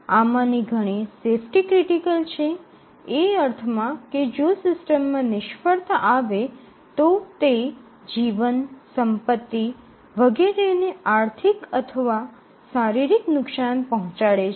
આમાંની ઘણી safety critical છે એ અર્થમાં કે જો સિસ્ટમમાં નિષ્ફળતા આવે તો તે જીવન સંપત્તિ વગેરેને આર્થિક અથવા શારીરિક નુકસાન પહોંચાડે છે